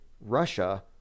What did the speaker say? Russia